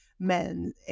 men